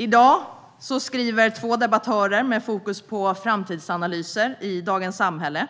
I dag skriver två debattörer med fokus på framtidsanalyser i Dagens Samhälle: